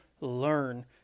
learn